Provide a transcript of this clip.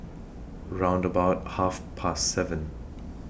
round about Half Past seven